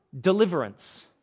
deliverance